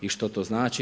I što to znači?